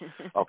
Okay